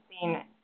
seen